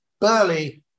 Burley